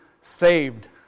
saved